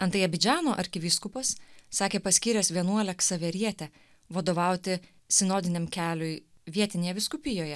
antai abidžano arkivyskupas sakė paskyręs vienuolę ksavierietę vadovauti sinodiniam keliui vietinėje vyskupijoje